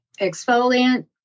exfoliant